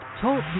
Talk